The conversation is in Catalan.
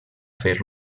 fer